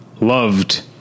loved